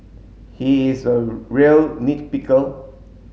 he is a real nit pickle